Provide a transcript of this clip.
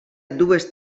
dues